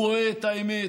הוא רואה את האמת.